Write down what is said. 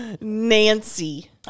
Nancy